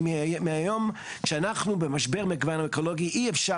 כי היום כאשר אנחנו במשבר אקולוגי לא ניתן